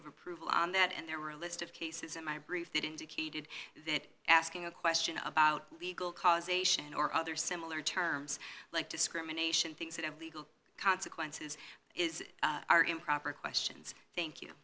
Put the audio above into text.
approval on that and there were a list of cases in my brief that indicated that asking a question about legal causation or other similar terms like discrimination things that have legal consequences is are improper questions thank you